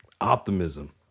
Optimism